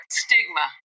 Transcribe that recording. stigma